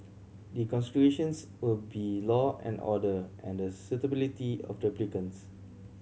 the considerations will be law and order and the suitability of the applicants